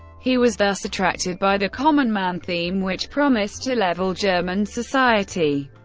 he was thus attracted by the common man theme which promised to level german society,